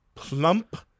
Plump